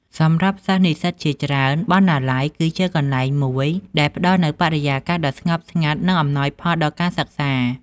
សម្រាប់សិស្សនិស្សិតជាច្រើន បណ្ណាល័យ គឺជាកន្លែងមួយដែលផ្តល់នូវបរិយាកាសដ៏ស្ងប់ស្ងាត់ និងអំណោយផលដល់ការសិក្សា។